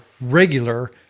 regular